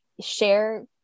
share